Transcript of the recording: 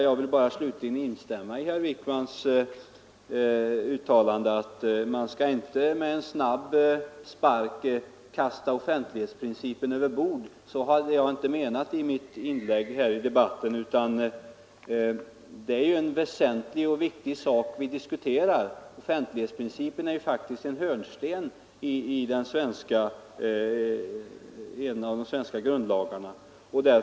Jag vill bara slutligen instämma i herr Wijkmans uttalande att man inte med en snabb spark skall förpassa offentlighetsprincipen över bord. Så hade jag inte menat i mitt förra inlägg här i debatten. Det är ju en ytterst väsentlig sak vi diskuterar. Offentlighetsprincipen är faktiskt en hörnsten i en av de svenska grundlagarna.